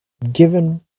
given